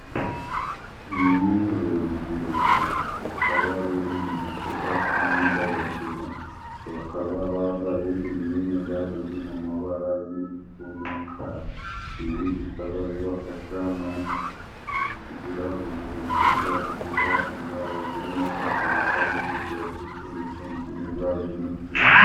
Ni urubyiruko rukaba ruri mu gikorwa cy'imyidagaduro, bakaba bambaye imyenda iri mu mabara y'umutuku n'umukara, ibi bikaba bibafasha mu kugira ubuzima bwiza buzira indwara zirimo umubyibuho ukabije, Diyabete ndetse n'izindi ndwara z'umutima.